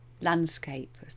landscape